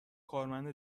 کارمند